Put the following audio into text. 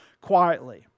quietly